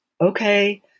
Okay